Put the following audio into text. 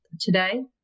today